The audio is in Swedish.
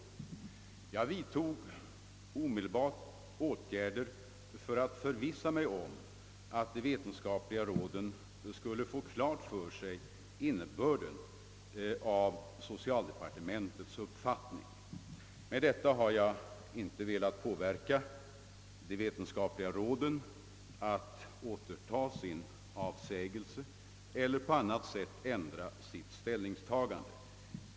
Jag vidtog omedelbart åtgär der för att förvissa mig om att de vetenskapliga råden skulle få klart för sig rätta innebörden av socialdepartementets uppfattning. Med detta har jag inte velat påverka de vetenskapliga råden att återta sin avsägelse eller på annat sätt ändra sitt ställningstagande.